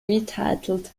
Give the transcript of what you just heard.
retitled